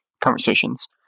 conversations